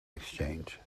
exchange